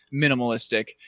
minimalistic